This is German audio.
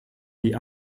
die